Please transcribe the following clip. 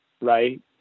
Right